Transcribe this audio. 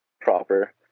proper